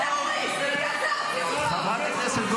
נא לצאת.